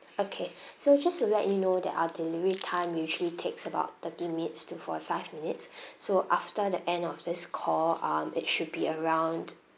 okay so just to let you know that our delivery time usually takes about thirty minutes to forty-five minutes so after the end of this call um it should be around